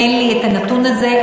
אין לי הנתון הזה,